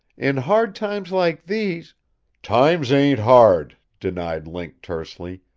in hard times like these times ain't hard, denied link tersely.